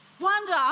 wonder